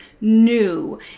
new